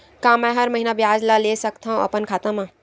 का मैं हर महीना ब्याज ला ले सकथव अपन खाता मा?